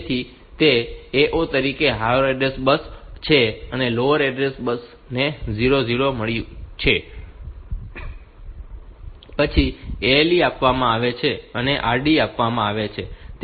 તેથી તે A0 તરીકે હાયર ઓર્ડર એડ્રેસ બસ છે લોઅર ઓર્ડર બસ ને 00 મળ્યું છે પછી ALE આપવામાં આવે છે અને RD આપવામાં આવે છે